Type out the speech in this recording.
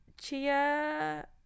chia